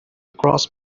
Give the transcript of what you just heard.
cross